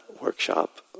workshop